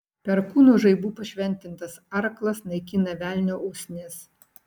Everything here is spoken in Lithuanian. perkūno žaibu pašventintas arklas naikina velnio usnis